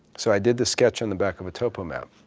so i did this sketch on the back of a topo map.